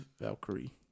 Valkyrie